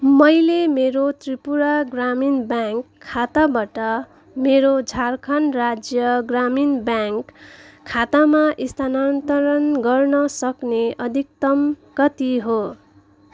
मैले मेरो त्रिपुरा ग्रामीण ब्याङ्क खाताबाट मेरो झारखण्ड राज्य ग्रामीण ब्याङ्क खातामा स्थानान्तरण गर्न सक्ने अधिकतम कति हो